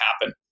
happen